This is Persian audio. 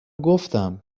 گفتم